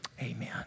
Amen